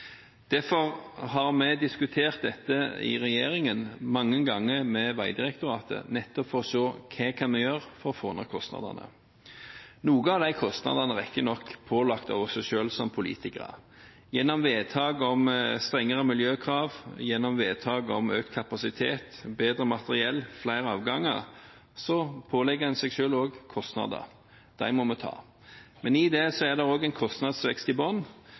Derfor har vi i regjeringen diskutert dette med Vegdirektoratet mange ganger, nettopp for å se hva vi kan gjøre for å få ned kostnadene. Noen av kostnadene er riktignok pålagt av oss selv som politikere. Gjennom vedtak om strengere miljøkrav, økt kapasitet, bedre materiell og flere avganger pålegger en seg selv også kostnader. De må vi ta. Men i det er det også en kostnadsvekst i bunnen,